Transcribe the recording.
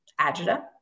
agita